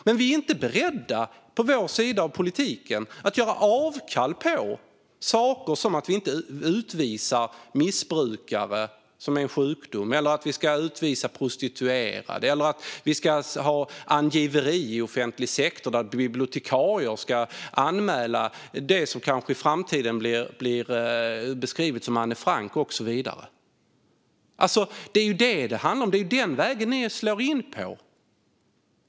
Men på vår sida i politiken är vi inte beredda att göra avkall på saker som att vi inte utvisar missbrukare, som ju har en sjukdom, eller prostituerade, eller att vi inte ska ha angiveri i offentlig sektor så att bibliotekarier ska anmäla den som kanske i framtiden blir beskriven som Anne Frank och så vidare. Det är detta det handlar om - det är den vägen ni slår in på.